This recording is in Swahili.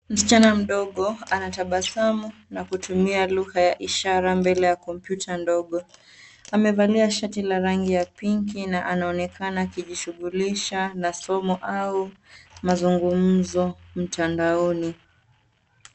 Msichana mdogo, anatabasamu na kutumia lugha ya ishara, mbele ya kompyuta ndogo. Amevalia shati la rangi ya pinki, na anaonekana akijishughulisha, na somo, au mazungumzo mtandaoni.